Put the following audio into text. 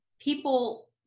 people